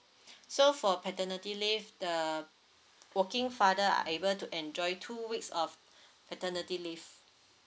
so for paternity leave the working father are able to enjoy two weeks of paternity leave